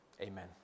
Amen